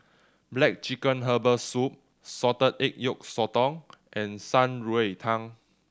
black chicken herbal soup salted egg yolk sotong and Shan Rui Tang